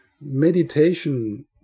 meditation